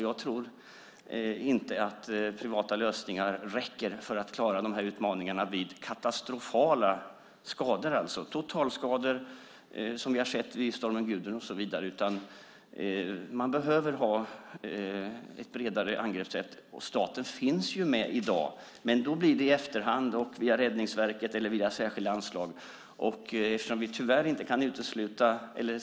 Jag tror inte att privata lösningar räcker för att klara utmaningarna vid katastrofala skador, till exempel totalskador som vi har sett vid stormen Gudrun. Det behövs ett bredare angreppssätt. Staten finns med i dag, men det blir i efterhand via Räddningsverket eller via särskilda anslag.